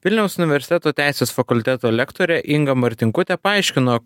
vilniaus universiteto teisės fakulteto lektorė inga martinkutė paaiškino